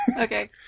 Okay